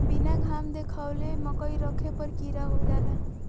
बीना घाम देखावले मकई रखे पर कीड़ा हो जाला